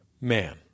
man